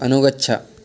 अनुगच्छ